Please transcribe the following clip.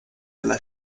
della